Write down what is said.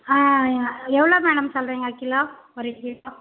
ஆ நீங்கள் எவ்வளோ மேடம் சொல்லுறிங்க கிலோ ஒரு கிலோ